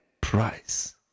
price